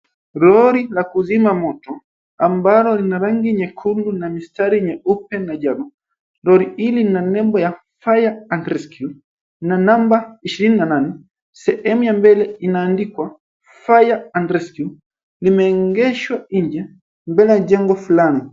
Lori la kuzima moto ambalo lina rangi nyekundu na mistari nyeupe na jabu lori hili lina nembo ya Fire and Rescue na namba ishirini na nane sehemu ya mbele inaandikwa fire and rescue limeegeshwa nje mbele ya jengo fulani.